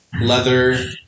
leather